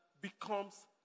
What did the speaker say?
becomes